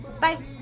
Bye